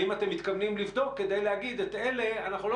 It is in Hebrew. האם אתם מתכוונים לבדוק כדי להגיד: את אלה אנחנו לא